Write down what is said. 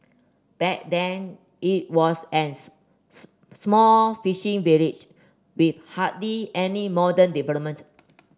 back then it was an small fishing village with hardly any modern development